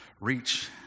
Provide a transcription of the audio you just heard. reach